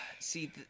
See